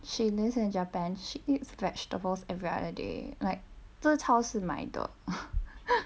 she lives in japan she eats vegetables every other day like 这超市买的